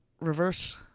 reverse